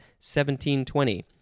1720